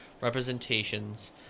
representations